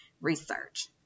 research